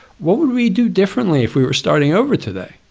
what would we do differently if we were starting over today?